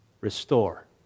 restore